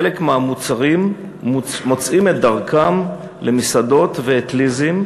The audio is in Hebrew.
חלק מהמוצרים מוצאים את דרכם למסעדות ואטליזים,